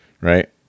Right